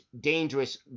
dangerous